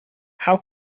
how